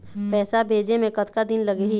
पैसा भेजे मे कतका दिन लगही?